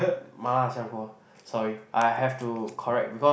麻辣香锅 sorry I have to correct because